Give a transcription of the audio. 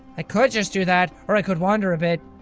i could just do that. or i could wander a bit.